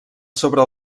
sobre